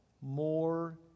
more